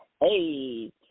Hey